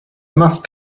must